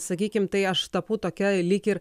sakykim tai aš tapau tokia lyg ir